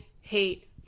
hate